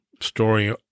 story